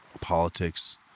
Politics